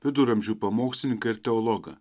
viduramžių pamokslininką ir teologą